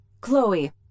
Chloe